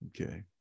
Okay